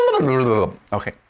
Okay